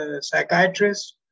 psychiatrist